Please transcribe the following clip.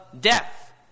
death